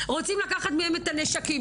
רוצים לקחת מהם את הנשקים.